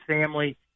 family